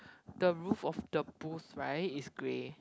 the roof of the booth right is grey